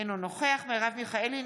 אינו נוכח מרב מיכאלי,